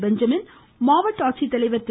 Benjamin மாவட்ட ஆட்சித்தலைவர் திரு